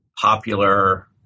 popular